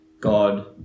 God